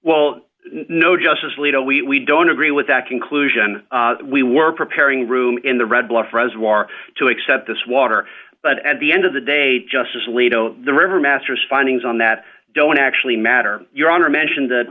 well no justice alito we don't agree with that conclusion we were preparing the room in the red bluff reservoir to accept this water but at the end of the day justice alito the river masters findings on that don't actually matter your honor mention that